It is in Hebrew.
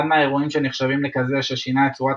אחד מהאירועים שנחשב לכזה ששינה את צורת